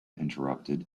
interrupted